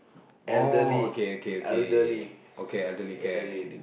oh okay okay okay okay elderly care